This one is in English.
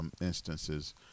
Instances